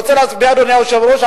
אדוני היושב-ראש,